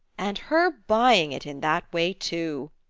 and her buying it in that way, too,